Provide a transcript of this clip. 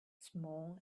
small